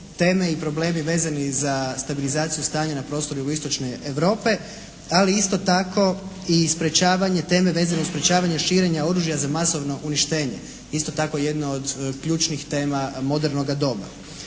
teme i problemi vezani za stabilizaciju stanja na prostoru jugoistočne Europe, ali isto tako i sprječavanje, teme vezane uz sprječavanje širenja oružja za masovno uništenje. Isto tako jedno od ključnih tema modernoga doba.